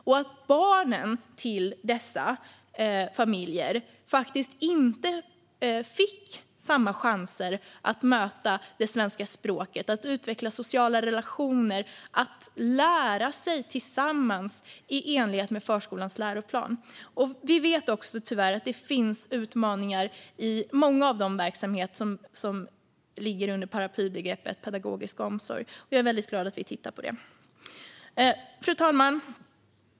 Och barnen i dessa familjer fick inte samma chanser att möta det svenska språket, att utveckla sociala relationer och att lära sig tillsammans i enlighet med förskolans läroplan. Vi vet också, tyvärr, att det finns utmaningar i många av de verksamheter som lyder under paraplybegreppet pedagogisk omsorg. Jag är väldigt glad att vi tittar på det. Fru talman!